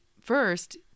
first